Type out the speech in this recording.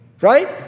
right